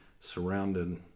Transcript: surrounded